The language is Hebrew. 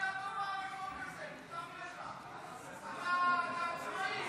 ------ אתה עצמאי.